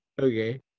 okay